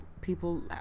People